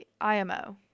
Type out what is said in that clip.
IMO